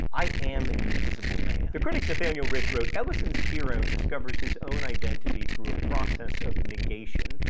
i am an invisible man. the critique nathaniel rich wrote ellison's hero discovers his own identity through a process of negation.